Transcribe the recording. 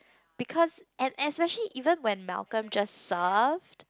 because and especially even when Malcom just served